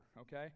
okay